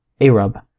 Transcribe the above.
Arab